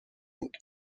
بود